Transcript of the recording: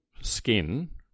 skin